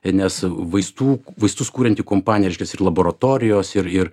nes vaistų vaistus kurianti kompanija reiškias ir laboratorijos ir ir